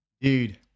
dude